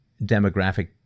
demographic